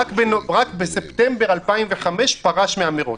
רק בספטמבר 2005 פרש רשמית מהמרוץ.